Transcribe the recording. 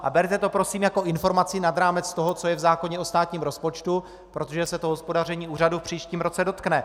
A berte to prosím jako informaci nad rámec toho, co je v zákoně o státním rozpočtu, protože se to hospodaření úřadu v příštím roce dotkne.